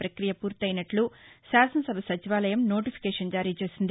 ప్రపక్రియ పూర్తయినట్టు శాసనసభ సచివాలయం నోటిఫికేషన్ జారీ చేసింది